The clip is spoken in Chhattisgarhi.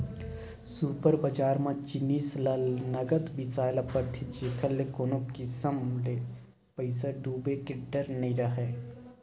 सुपर बजार म जिनिस ल नगद बिसाए ल परथे जेखर ले कोनो किसम ले पइसा डूबे के डर नइ राहय